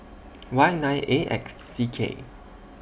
Y nine A X C K